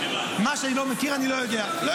מה שאני לא מכיר, אני לא יודע.